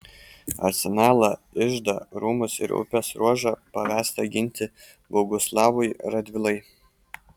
arsenalą iždą rūmus ir upės ruožą pavesta ginti boguslavui radvilai